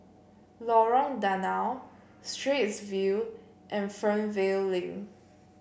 Lorong Danau Straits View and Fernvale Link